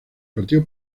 partido